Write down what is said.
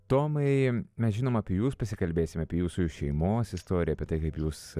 tomai mes žinom apie jus pasikalbėsim apie jūsų šeimos istoriją apie tai kaip jūs